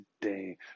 today